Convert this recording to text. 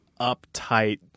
uptight